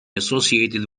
associated